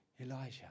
Elijah